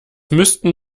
müssten